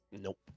Nope